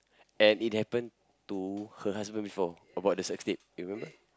and it happened to her husband before about the sex tape remember